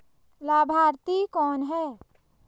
लाभार्थी कौन है?